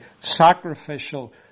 sacrificial